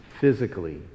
physically